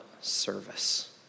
service